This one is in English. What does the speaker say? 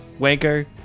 wanker